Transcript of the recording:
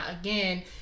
again